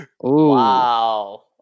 Wow